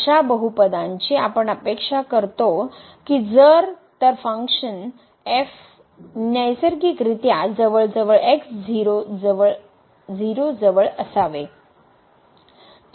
अशा बहुपदांची आपण अपेक्षा करतो कि जर तर फंक्शन नैसर्गिक रित्या जवळजवळ 0 जवळ असावे